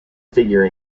figure